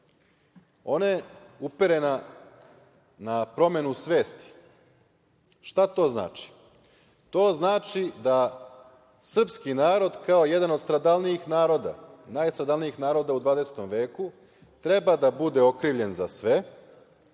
je uperena na promenu svesti. Šta to znači? To znači da srpski narod, kao jedan od najstradalnijih naroda u 20. veku, treba da bude okrivljen za sve,